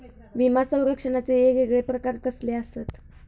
विमा सौरक्षणाचे येगयेगळे प्रकार कसले आसत?